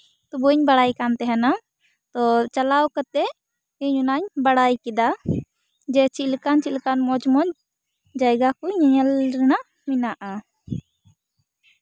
ᱵᱟᱹᱧ ᱵᱟᱲᱟᱭ ᱠᱟᱢ ᱛᱟᱦᱮᱱᱟ ᱛᱚ ᱪᱟᱞᱟᱣ ᱠᱟᱛᱮᱜ ᱤᱧ ᱚᱱᱟᱧ ᱵᱟᱲᱟᱭ ᱠᱮᱫᱟ ᱡᱮ ᱪᱮᱫ ᱞᱮᱠᱟᱱ ᱪᱮᱫ ᱞᱮᱠᱟᱱ ᱢᱚᱡᱽᱼᱢᱚᱡᱽ ᱡᱟᱭᱜᱟ ᱠᱩ ᱧᱮᱞ ᱨᱮᱱᱟᱜ ᱢᱮᱱᱟᱜᱼᱟ